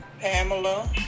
Pamela